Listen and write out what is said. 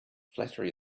flattery